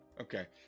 Okay